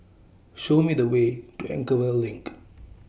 Show Me The Way to Anchorvale LINK